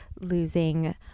losing